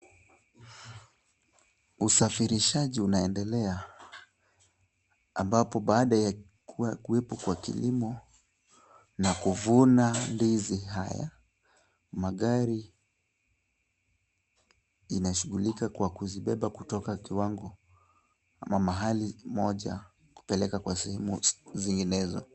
Usafirishaji unaendelea ambapo baada ya kuwepo kwa kilimo na kuvuna ndizi haya, magari inashughulika kwa kuzibeba kutoka kiwango ama mahali moja kupeleka kwa sehemu zinginezo.